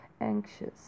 Anxious